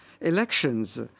elections